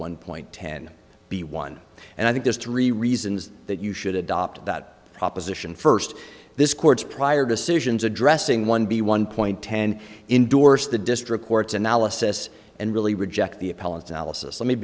one point ten b one and i think there's three reasons that you should adopt that proposition first this court's prior decisions addressing one b one point ten indorse the district courts analysis and really reject the